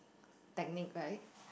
technique right